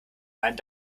meinen